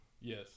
Yes